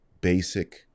Basic